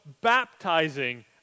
baptizing